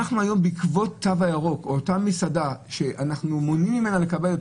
בעקבות התו הירוק אותה מסעדה שאנחנו מונעים ממנה לקבל רק את